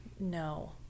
No